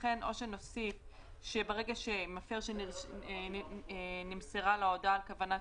לכן או שנשיג שברגע שלמפר נמסרה ההודעה על כוונת